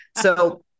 So-